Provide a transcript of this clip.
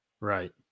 right